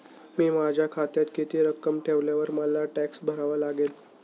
मी माझ्या खात्यात किती रक्कम ठेवल्यावर मला टॅक्स भरावा लागेल?